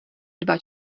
dva